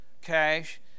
cash